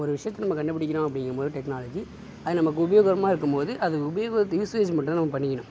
ஒரு விஷியத்தை நம்ம கண்டு பிடிக்கிறோம் அப்படிங்கும் போது டெக்னாலஜி அது நமக்கு உபயோகமாக இருக்கும் போது அது உபயோகம் யூஸ்ஸேஜ் மட்டும் நம்ம பண்ணிகணும்